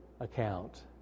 account